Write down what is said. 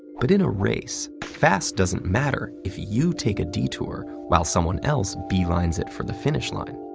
but in a race, fast doesn't matter if you take a detour while someone else beelines it for the finish line.